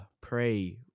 pray